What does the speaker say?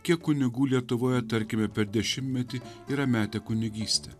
kiek kunigų lietuvoje tarkime per dešimtmetį yra metę kunigystę